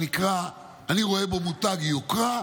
אני רואה בו מותג יוקרה,